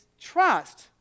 trust